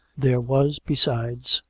there was, besides,